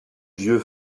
vieux